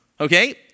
okay